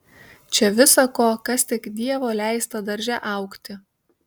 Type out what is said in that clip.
čia visa ko kas tik dievo leista darže augti